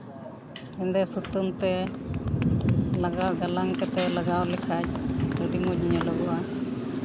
ᱦᱮᱸᱫᱮ ᱥᱩᱛᱟᱹᱢ ᱛᱮ ᱞᱟᱸᱜᱟᱣ ᱜᱟᱞᱟᱝ ᱠᱟᱛᱮᱫ ᱞᱟᱜᱟᱣ ᱞᱮᱠᱷᱟᱱ ᱟᱹᱰᱤ ᱢᱚᱡᱽ ᱧᱮᱞᱚᱜᱚᱜᱼᱟ